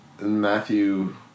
Matthew